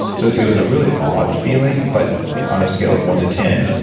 so it was a really odd feeling but on a scale of one to ten,